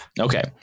Okay